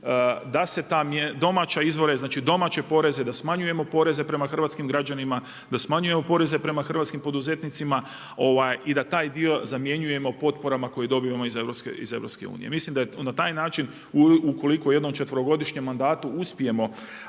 da se ta mjera, domaće izvore, znači domaće poreze, da smanjujemo poreze prema hrvatskim građanima, da smanjujemo poreze prema hrvatskim poduzetnicima i da taj dio zamjenjujemo potporama koje dobijemo iz EU. Mislim da je na taj način, ukoliko u jednom četverogodišnjem mandatu uspijemo